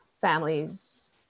families